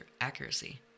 accuracy